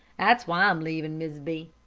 that's why i'm leaving, mrs. b.